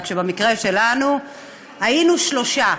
רק שבמקרה שלנו היינו שלושה,